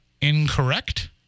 incorrect